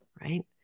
right